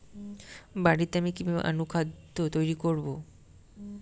বাড়িতে আমি কিভাবে অনুখাদ্য তৈরি করব?